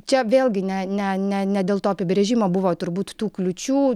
čia vėlgi ne ne ne ne dėl to apibrėžimo buvo turbūt tų kliūčių